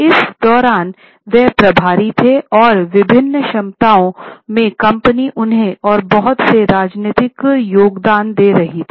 इस दौरान वह प्रभारी थे और विभिन्न क्षमताओं में कंपनी उन्हें और बहुत से राजनीतिक योगदान दे रही थी